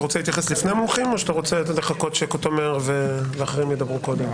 אתה רוצה להתייחס לפני המומחים או שאתה רוצה שתומר ואחרים ידברו קודם?